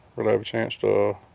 really have a chance to